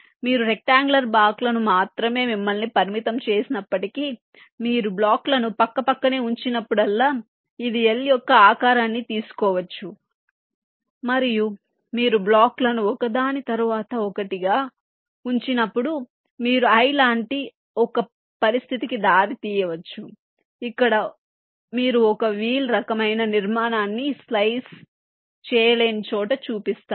మీరు రెక్ట్అంగుళర్ బ్లాక్లకు మాత్రమే మిమ్మల్ని పరిమితం చేసినప్పటికీ మీరు బ్లాక్లను పక్కపక్కనే ఉంచినప్పుడల్లా ఇది L యొక్క ఆకారాన్ని తీసుకోవచ్చు మరియు మీరు బ్లాక్లను ఒకదాని తరువాత ఒకటిగా ఉంచినప్పుడు మీరు I లాంటి ఒక పరిస్థితికి దారి తీయవచ్చు ఇక్కడ మీరు ఒక వీల్ రకమైన నిర్మాణాన్ని స్లైస్ చేయలేని చోట చూపిస్తారు